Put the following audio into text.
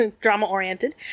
drama-oriented